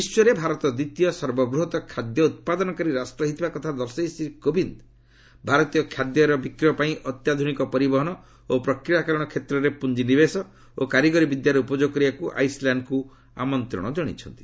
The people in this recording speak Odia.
ବିଶ୍ୱରେ ଭାରତ ଦ୍ୱିତୀୟ ସର୍ବବୃହତ୍ ଖାଦ୍ୟ ଉତ୍ପାଦନକାରୀ ରାଷ୍ଟ୍ର ହୋଇଥିବା କଥା ଦର୍ଶାଇ ଶ୍ରୀ କୋବିନ୍ଦ ଭାରତୀୟ ଖାଦ୍ୟର ବିକ୍ରୟ ପାଇଁ ଅତ୍ୟାଧୁନିକ ପରିବହନ ଓ ପ୍ରକ୍ରିୟାକରଣ କ୍ଷେତ୍ରରେ ପୁଞ୍ଜି ବିନିଯୋଗ ଏବଂ କାରିଗରି ବିଦ୍ୟାର ଉପଯୋଗ କରିବାକୁ ଆଇସ୍ଲ୍ୟାଣ୍ଡ୍କୁ ଆମନ୍ତ୍ରଣ କରିଛନ୍ତି